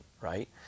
right